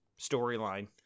storyline